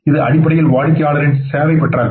இது அடிப்படையில் வாடிக்கையாளர் சேவையின் பற்றாக்குறை